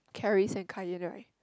Caris and Kainary